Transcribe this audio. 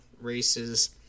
races